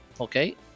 okay